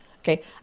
okay